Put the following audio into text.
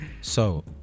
So-